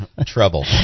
Trouble